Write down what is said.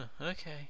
okay